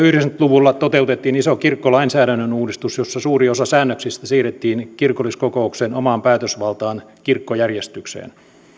luvulla toteutettiin iso kirkkolainsäädännön uudistus jossa suuri osa säännöksistä siirrettiin kirkolliskokouksen omaan päätösvaltaan kirkkojärjestykseen